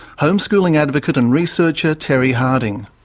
homeschooling advocate and researcher, terry harding